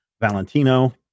Valentino